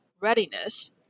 readiness